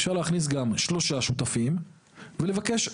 אפשר להכניס גם שלושה שותפים ולבקש.